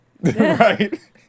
Right